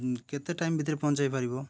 କେତେ ଟାଇମ ଭିତରେ ପହଞ୍ଚାଇ ପାରିବ